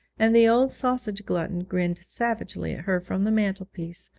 and the old sausage glutton grinned savagely at her from the mantelpiece,